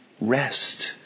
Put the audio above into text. rest